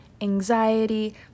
anxiety